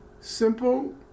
simple